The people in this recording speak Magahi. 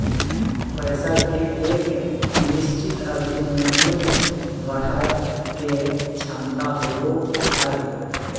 पैसा के एक निश्चित अवधि में मूल्य बढ़य के क्षमता होबो हइ